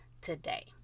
today